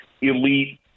elite